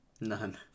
None